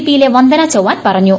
പിയിലെ വന്ദന ചവാൻ പറഞ്ഞു